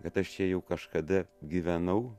kad aš čia jau kažkada gyvenau